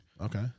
Okay